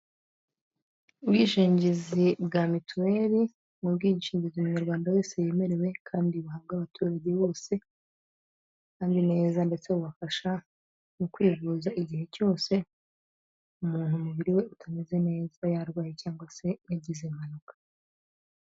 Ubwishingizi bwa mituweli ni ubwishingizi umunyarwanda wese yemerewe kandi buhabwa abaturage bose kandi neza ndetse bufasha mu kwivuza igihe cyose umuntu umubiri we utameze neza yarwaye cyangwa se yagize impanuka.